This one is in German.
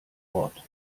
ort